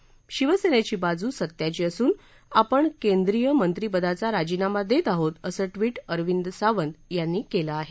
शिवसेनेची बाजू सत्याची असून आपण केंद्रीय मंत्री पदाचा राजीनामा देत आहोत असं ट्विट अरविंद सावंत यांनी केलं आहे